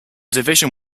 division